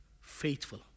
faithful